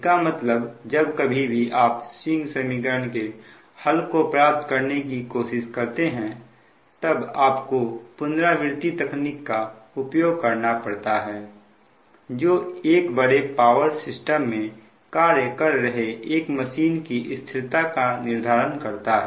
इसका मतलब जब कभी भी आप स्विंग समीकरण के हल को प्राप्त करने की कोशिश करते हैं तब आपको पुनरावृति तकनीक का उपयोग करना पड़ता है जो एक बड़े पावर सिस्टम में कार्य कर रहे एक मशीन की स्थिरता का निर्धारण करता है